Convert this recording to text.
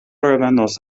revenos